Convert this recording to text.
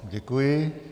Děkuji.